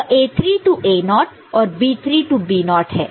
यह A3 0 और B3 0 है